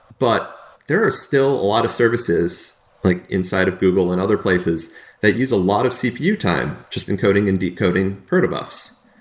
but there are still a lot of services like inside of google and other places that use a lot of cpu time just encoding and decoding proto buffs.